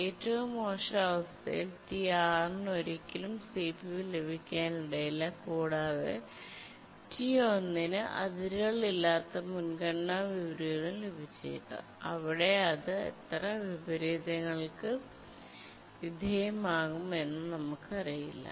ഏറ്റവും മോശം അവസ്ഥയിൽ T6 ന് ഒരിക്കലും സിപിയു ലഭിക്കാനിടയില്ല കൂടാതെ T1 ന് അതിരുകളില്ലാത്ത മുൻഗണനാ വിപരീതവും ലഭിച്ചേക്കാം അവിടെ അത് എത്ര വിപരീതങ്ങൾക്ക് വിധേയമാകുമെന്ന് നമുക്കറിയില്ല